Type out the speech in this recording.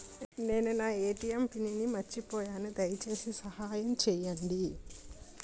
నేను నా ATM pin మర్చిపోయాను, దయచేసి సహాయం చేయండి